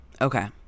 okay